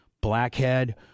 Blackhead